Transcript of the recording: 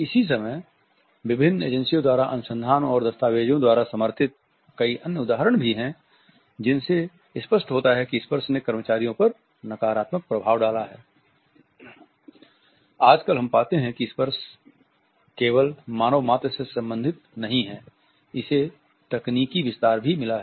इसी समय विभिन्न एजेंसियों द्वारा अनुसंधान और दस्तावेज़ों द्वारा समर्थित कई अन्य उदाहरण भी हैं जिनसे स्पष्ट होता है कि स्पर्श ने कर्मचारियों पर नकारात्मक प्रभाव डाला आजकल हम पाते हैं कि स्पर्श केवल मानव मात्र से संबंधित नहीं है इसे तकनीकी विस्तार भी मिला है